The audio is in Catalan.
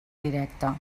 directa